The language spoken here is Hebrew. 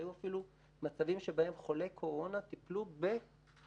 היו מצבים שבהם חולי קורונה טיפול בעובדים.